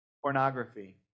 pornography